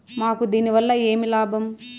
మాకు దీనివల్ల ఏమి లాభం